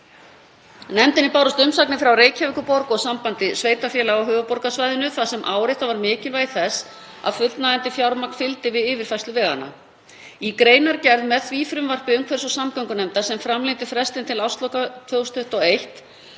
Nefndinni bárust umsagnir frá Reykjavíkurborg og Sambandi sveitarfélaga á höfuðborgarsvæðinu þar sem áréttað var mikilvægi þess að fullnægjandi fjármagn fylgdi við yfirfærslu veganna. Í greinargerð með því frumvarpi umhverfis- og samgöngunefndar sem framlengdi frestinn til ársloka 2021,